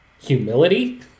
humility